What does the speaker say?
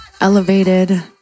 elevated